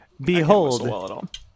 behold